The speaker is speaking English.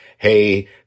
Hey